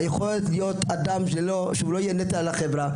היכולת להיות אדם שלא יהיה נטל על החברה.